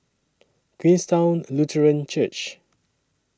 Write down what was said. Queenstown Lutheran Church